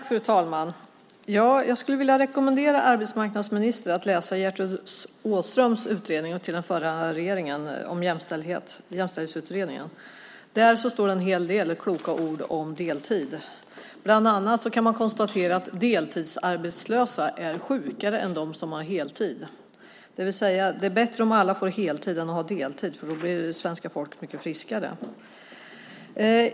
Fru talman! Jag skulle vilja rekommendera arbetsmarknadsministern att läsa Gertrud Åströms utredning om jämställdhet som lämnades till den förra regeringen, jämställdhetsutredningen. Där står en hel del kloka ord om deltid. Bland annat konstateras att deltidsarbetslösa är sjukare än de som har heltid. Det är alltså bättre om alla får heltid i stället för att ha deltid för då blir svenska folket mycket friskare.